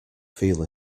feel